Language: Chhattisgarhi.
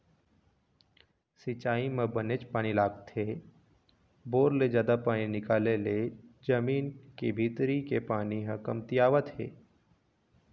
सिंचई म बनेच पानी लागथे, बोर ले जादा पानी निकाले ले जमीन के भीतरी के पानी ह कमतियावत हे